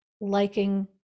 liking